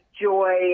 joy